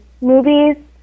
movies